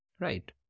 Right